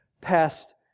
past